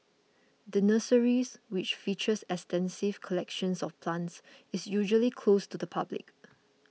the nurseries which features extensive collections of plants is usually closed to the public